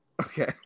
Okay